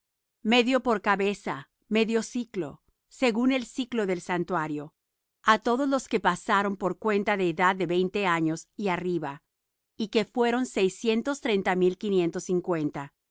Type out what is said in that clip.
medio por cabeza medio siclo según el siclo del santuario á todos los que pasaron por cuenta de edad de veinte años y arriba que fueron seiscientos tres mil quinientos cincuenta